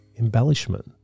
embellishment